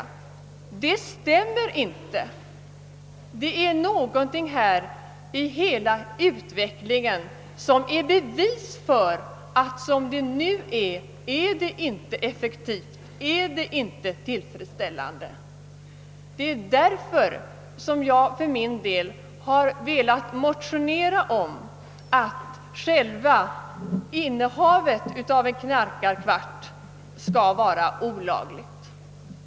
Det stämmer inte. Det är någonting i denna utveckling som är ett bevis för att den nuvarande lagstiftningen inte är effektiv och att det hela inte är tillfredsställande. Det är därför som jag i en motion har föreslagit att själva innehavet av en knarkarkvart skall vara olagligt.